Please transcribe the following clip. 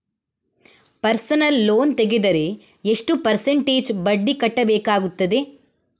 Personal loan ತೆಗೆದರೆ ಎಷ್ಟು percentage ಬಡ್ಡಿ ಕಟ್ಟಬೇಕಾಗುತ್ತದೆ?